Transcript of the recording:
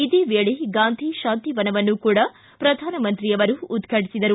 ಇದೇ ವೇಳೆ ಗಾಂಧಿ ಶಾಂತಿವನವನ್ನು ಕೂಡ ಪ್ರಧಾನಮಂತ್ರಿ ಉದ್ಘಾಟಿಸಿದರು